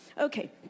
Okay